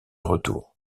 retour